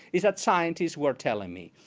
is that scientists were telling me,